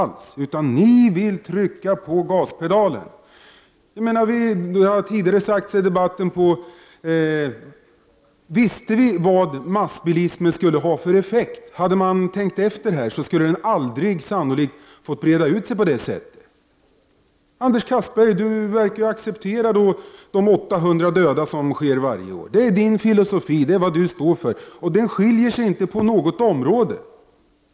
Ni vill i stället trycka på gaspedalen. Det har tidigare i debatten talats om massbilismens vådor. Om man långt tidigare hade känt till dessa, skulle bilismen sannolikt aldrig ha fått breda ut sig så som den gjort. Anders Castberger tycks acceptera att ca 800 personer dödas i trafiken varje år. Det är tydligen hans filosofi och vad han står för.